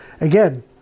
Again